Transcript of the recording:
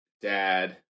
dad